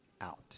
out